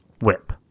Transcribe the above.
Whip